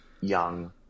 Young